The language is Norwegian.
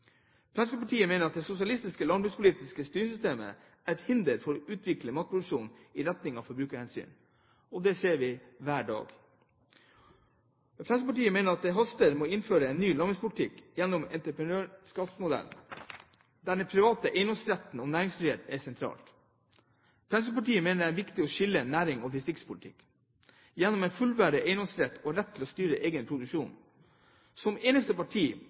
Fremskrittspartiet mener at det sosialistiske landbrukspolitiske styringssystemet er et hinder for å utvikle matproduksjon i retning av forbrukerhensyn, og det ser vi hver dag. Fremskrittspartiet mener det haster med å innføre en ny landbrukspolitikk gjennom en entreprenørskapsmodell der den private eiendomsretten og næringsfrihet står sentralt. Fremskrittspartiet mener det er viktig å skille næringspolitikk og distriktspolitikk gjennom en fullverdig eiendomsrett og rett til å styre egen produksjon. Som eneste parti